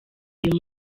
uyu